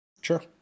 Sure